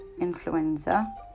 influenza